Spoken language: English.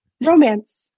romance